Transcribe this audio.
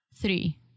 Three